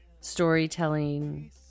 storytelling